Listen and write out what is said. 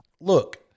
Look